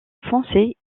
foncées